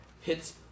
hits